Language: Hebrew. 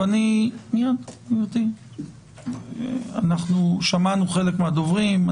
אנחנו שמענו חלק מהדוברים,